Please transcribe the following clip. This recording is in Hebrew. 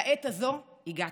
לעת הזאת הגעתי.